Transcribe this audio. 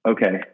Okay